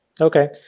Okay